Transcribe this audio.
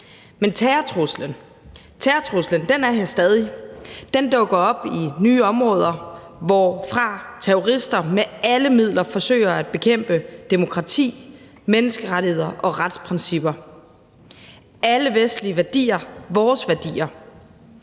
Men terrortruslen er her stadig, den dukker op i nye områder, hvorfra terrorister med alle midler forsøger at bekæmpe demokrati, menneskerettigheder og retsprincipper, alle vestlige værdier, vores værdier.